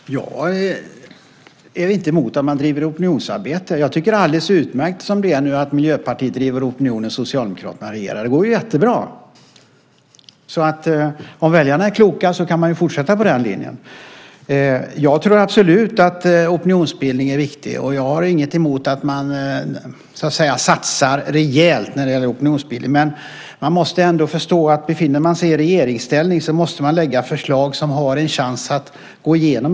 Fru talman! Jag är inte emot att man driver opinionsarbete. Jag tycker att det är alldeles utmärkt som det är nu, att Miljöpartiet driver opinion och Socialdemokraterna regerar. Det går ju jättebra! Om väljarna är kloka kan man fortsätta på den linjen. Jag tror absolut att opinionsbildning är viktig, och jag har inget emot att man satsar rejält när det gäller opinionsbildning. Men om man befinner sig i regeringsställning måste man lägga förslag som har en chans att gå igenom.